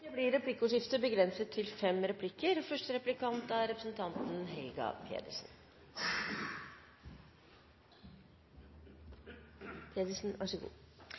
Det blir replikkordskifte. Erna Solberg har blitt statsminister. Det er